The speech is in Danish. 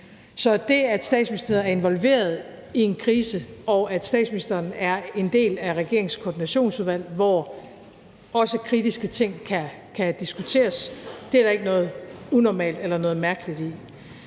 Så det, at Statsministeriet er involveret i en krise, og at statsministeren er en del af regeringens koordinationsudvalg, hvor også kritiske ting kan diskuteres, er der ikke noget unormalt eller mærkeligt i.